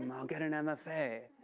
um i'll get an and mfa.